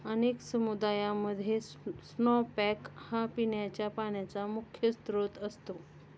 अनेक समुदायामध्ये स्नोपॅक हा पिण्याच्या पाण्याचा मुख्य स्रोत असतो